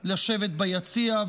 לשבת ביציע,